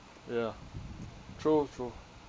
ya true true